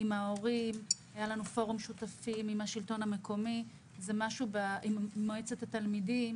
היה לנו פורום שותפים עם השלטון המקומי ועם מועצת התלמידים.